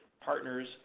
partners